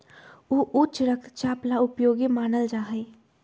ऊ उच्च रक्तचाप ला उपयोगी मानल जाहई